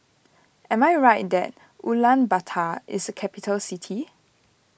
am I right that Ulaanbaatar is a capital city